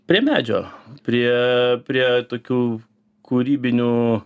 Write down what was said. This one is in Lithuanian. prie medžio prie prie tokių kūrybinių